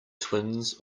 twins